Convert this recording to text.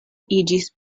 iĝis